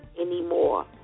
anymore